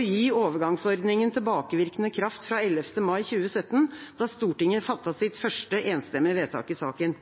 gi overgangsordningen tilbakevirkende kraft fra 11. mai 2017, da Stortinget fattet sitt første enstemmige vedtak i saken.